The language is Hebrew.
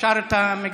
אפשר את המיקרופון?